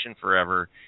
forever